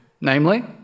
namely